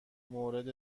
مورد